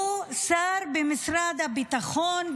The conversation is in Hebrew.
הוא שר במשרד הביטחון,